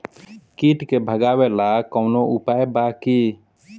कीट के भगावेला कवनो उपाय बा की?